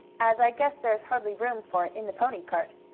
as i guess there is hardly room for it in the pony cart.